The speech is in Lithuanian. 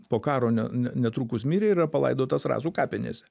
po karo ne ne netrukus mirė ir yra palaidotas rasų kapinėse